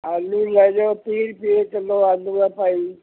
ਆਲੂ ਲੈ ਜਿਓ ਤੀਹ ਰੁਪਏ ਕਿੱਲੋ ਆਲੂ ਹੈ ਭਾਈ